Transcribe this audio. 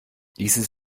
ließe